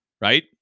right